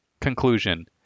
Conclusion